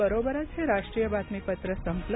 याबरोबरच हे राष्ट्रीय बातमीपत्र संपलं